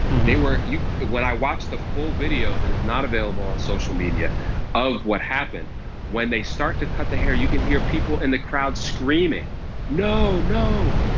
they weren't you. when i watched the full video that is not available on social media of what happened when they start to cut the hair you can hear people in the crowd screaming no no.